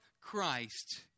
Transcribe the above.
Christ